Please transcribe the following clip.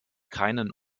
keinen